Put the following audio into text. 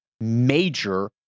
major